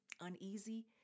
uneasy